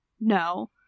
No